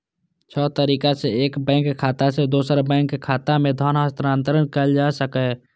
छह तरीका सं एक बैंक खाता सं दोसर बैंक खाता मे धन हस्तांतरण कैल जा सकैए